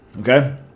okay